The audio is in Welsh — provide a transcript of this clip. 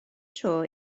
tro